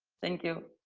thank you.